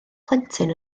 plentyn